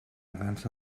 dansa